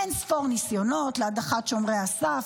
אין-ספור ניסיונות להדחת שומרי הסף,